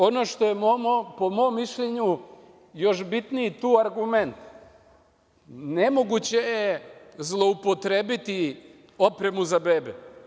Ono što je po mom mišljenju još bitniji tu argument, nemoguće je zloupotrebiti opremu za bebe.